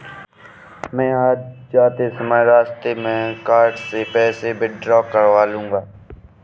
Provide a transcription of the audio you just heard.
मैं आज जाते समय रास्ते में कार्ड से पैसे विड्रा कर लूंगा